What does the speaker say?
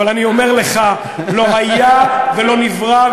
אבל אני אומר לך: לא היה ולא נברא,